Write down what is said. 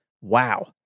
Wow